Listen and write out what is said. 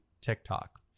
TikTok